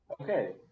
Okay